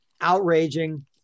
outraging